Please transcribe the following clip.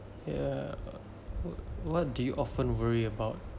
ya wh~ what do you often worry about